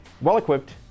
well-equipped